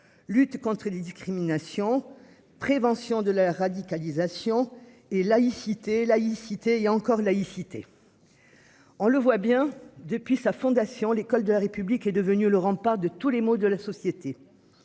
Lutte contre les discriminations, prévention de la radicalisation et laïcité laïcité il y a encore, laïcité. On le voit bien, depuis sa fondation. L'école de la République est devenu le rendent pas de tous les maux de la société.